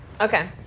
Okay